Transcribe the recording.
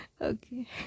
Okay